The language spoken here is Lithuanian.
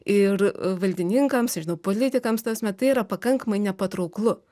ir valdininkams nežinau politikams ta prasme tai yra pakankamai nepatrauklu